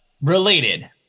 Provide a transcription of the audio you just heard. related